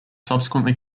subsequently